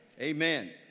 Amen